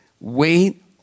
wait